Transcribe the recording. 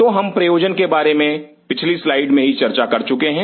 तो हम प्रयोजन के बारे में पिछली स्लाइड में पहले ही चर्चा कर चुके हैं